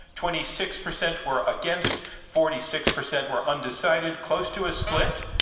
twenty six percent were against. forty six percent were undecided. close to a split.